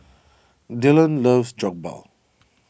Dylon loves Jokbal